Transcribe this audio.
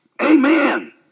Amen